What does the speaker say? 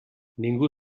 ningú